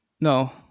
No